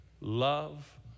love